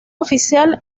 oficial